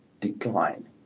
decline